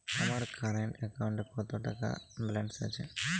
আমার কারেন্ট অ্যাকাউন্টে কত টাকা ব্যালেন্স আছে?